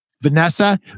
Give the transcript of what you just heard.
Vanessa